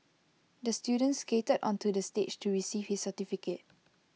the student skated onto the stage to receive his certificate